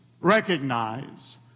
Recognize